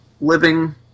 living